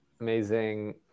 amazing